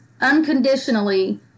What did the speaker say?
unconditionally